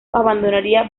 abandonaría